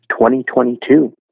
2022